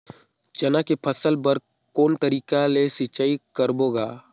चना के फसल बर कोन तरीका ले सिंचाई करबो गा?